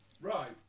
Right